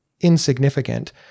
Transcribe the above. insignificant